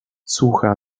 słucha